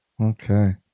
Okay